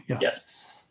Yes